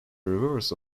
reverse